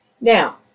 Now